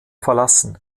verlassen